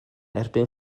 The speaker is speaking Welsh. erbyn